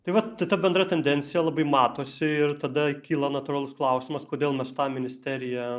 tai vat ta bendra tendencija labai matosi ir tada kyla natūralus klausimas kodėl mes tą ministeriją